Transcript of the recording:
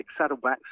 saddlebacks